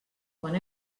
quan